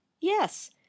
Yes